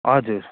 हजुर